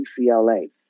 UCLA